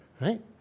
right